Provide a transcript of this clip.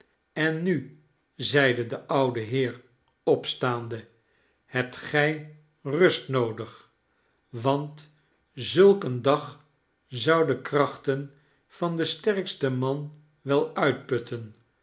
en nu zeide de oude heer opstaande hebt gij rust noodig want zulk een dag zou de krachten van den sterksten man wel uitputten